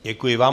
Děkuji vám.